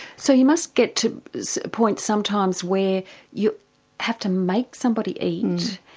so you must get to points sometimes where you have to make somebody eat. and